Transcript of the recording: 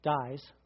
dies